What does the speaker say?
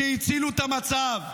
שהצילו את המצב,